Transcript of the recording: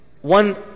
one